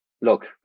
Look